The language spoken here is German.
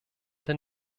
den